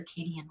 circadian